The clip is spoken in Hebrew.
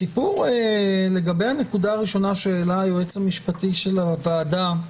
הסיפור לגבי הנקודה הראשונה שהעלה היועץ המשפטי של הוועדה,